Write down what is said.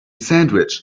sandwich